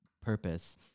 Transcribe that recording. purpose